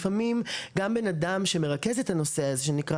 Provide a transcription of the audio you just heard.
הרי לפעמים גם בנאדם שמרכז את הנושא הזה שנקרא